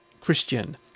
christian